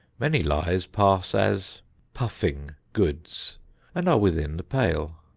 many lies pass as puffing goods and are within the pale.